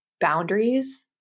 boundaries